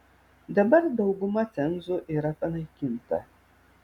dabar dauguma cenzų yra panaikinta